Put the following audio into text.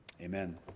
Amen